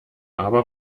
aber